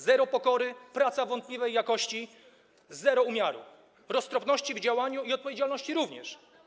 Zero pokory, praca wątpliwej jakości, zero umiaru, roztropności w działaniu i odpowiedzialności również.